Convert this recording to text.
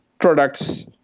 products